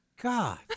God